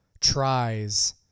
tries